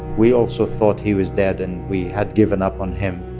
we also thought he was dead, and we had given up on him.